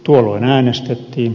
tuolloin äänestettiin